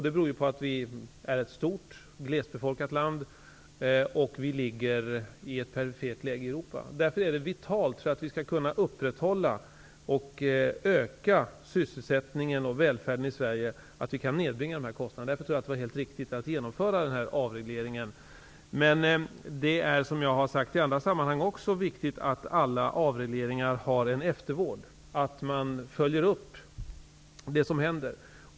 Det beror på att vi är ett stort, glesbefolkat land och att vi har ett perifert läge i Europa. Därför är det vitalt, för att vi skall kunna upprätthålla och öka sysselsättningen och välfärden i Sverige, att vi kan nedbringa dessa kostnader. Därför tror jag att det var helt riktigt att genomföra avregleringen. Men det är, som jag har sagt i alla sammanhang, också viktigt att alla avregleringar har en eftervård, att man följer upp det som händer.